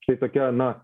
štai tokia na